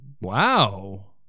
Wow